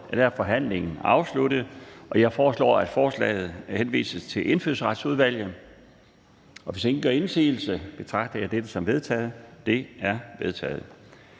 ordet, er forhandlingen afsluttet. Jeg foreslår, at lovforslaget henvises til Indfødsretsudvalget. Hvis ingen gør indsigelse, betragter jeg dette som vedtaget. Det er vedtaget.